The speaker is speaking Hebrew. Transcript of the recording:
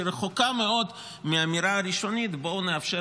שרחוקה מאוד מהאמירה הראשונית: בואו נאפשר